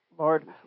Lord